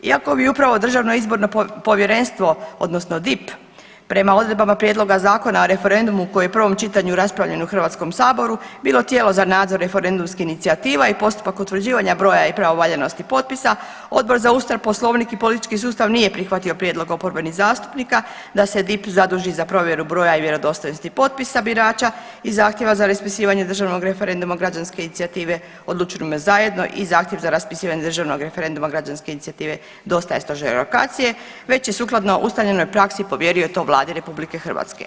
Iako bi upravo Državno izborno povjerenstvo odnosno DIP prema odredbama prijedloga Zakona o referenduma koji je u prvom čitanju raspravljen u HS bilo tijelo za nadzor referendumskim inicijativa i postupak utvrđivanja broja i pravovaljanosti potpisa, Odbor za Ustav, Poslovnik i politički sustav nije prihvatio prijedlog oporbenih zastupnika da se DIP zaduži za provjeru broja i vjerodostojnosti potpisa birača i zahtjeva za raspisivanje državnog referenduma građanske inicijative „Odlučujmo zajedno“ i zahtjev za raspisivanje državnog referenduma građanske inicijative „Dosta je Stožerokracije“ već je sukladno ustaljenoj praksi povjerio to Vladi RH.